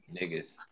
niggas